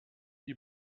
die